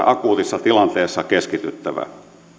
akuutissa tilanteessa keskityttävä